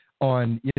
on